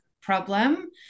problem